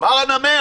אמר הנמר,